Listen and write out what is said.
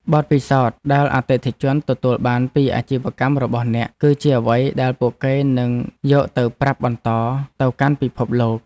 បទពិសោធន៍ដែលអតិថិជនទទួលបានពីអាជីវកម្មរបស់អ្នក គឺជាអ្វីដែលពួកគេនឹងយកទៅប្រាប់បន្តទៅកាន់ពិភពលោក។